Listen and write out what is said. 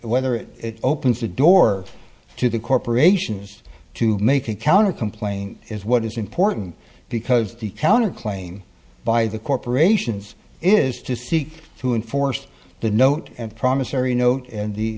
whether it opens the door to the corporations to make a counter complaint is what is important because the counter claim by the corporations is to seek to enforce the note of promissory note and the